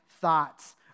thoughts